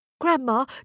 Grandma